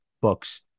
books